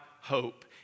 hope